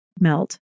melt